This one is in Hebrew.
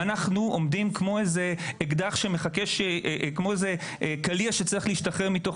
ואנחנו עומדים כמו איזה קליע שצריך להשתחרר מתוך